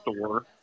store